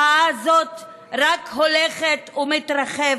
מחאה זו רק הולכת ומתרחבת,